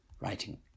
writing